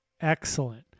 excellent